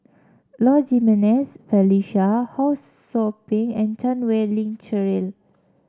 Low Jimenez Felicia Ho Sou Ping and Chan Wei Ling Cheryl